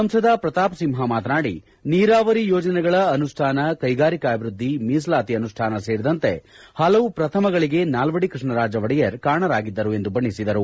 ಸಂಸದ ಪ್ರತಾಪ್ ಸಿಂಹ ಮಾತನಾಡಿ ನೀರಾವರಿ ಯೋಜನೆಗಳ ಅನುಷ್ಠಾನ ಕೈಗಾರಿಕಾಭಿವೃದ್ಧಿ ಮೀಸಲಾತಿ ಅನುಷ್ಠಾನ ಸೇರಿದಂತೆ ಪಲವು ಪ್ರಥಮಗಳಿಗೆ ನಾಲ್ವಡಿ ಕೃಷ್ಣರಾಜ ಒಡೆಯರ್ ಕಾರಣರಾಗಿದ್ದರು ಎಂದು ಬಣ್ಣಿಸಿದರು